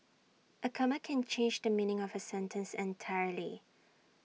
A comma can change the meaning of A sentence entirely